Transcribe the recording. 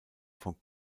von